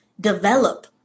develop